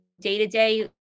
day-to-day